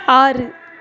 ஆறு